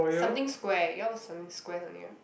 something square ya it was something square something ah